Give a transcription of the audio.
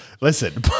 Listen